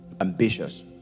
Ambitious